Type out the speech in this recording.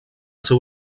seu